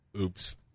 Oops